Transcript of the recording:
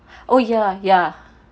oh ya ya